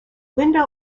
linda